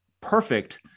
perfect